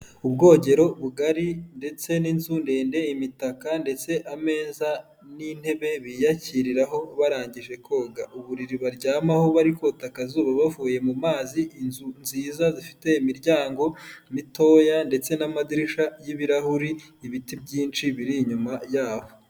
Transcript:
Ubwogero bugari ndetse n'inzu ndende, imitaka ndetse ameza n'intebe biyakiriraho barangije koga, uburiri baryamaho bari kota akazuba bavuye mu mazi, inzu nziza zifite imiryango mitoya ndetse n'amadirishya y'ibirahuri, ibiti byinshi biri inyuma y'aho.